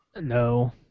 no